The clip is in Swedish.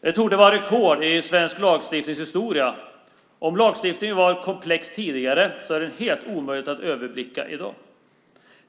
Det torde vara rekord i svensk lagstiftningshistoria. Om lagstiftningen var komplex tidigare är den nu helt omöjlig att överblicka.